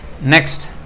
Next